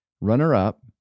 runner-up